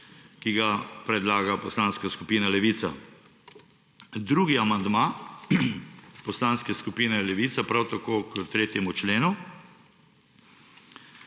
ki ga predlaga Poslanska skupina Levica. Drugi amandma Poslanske skupine Levica prav tako k 3. členu.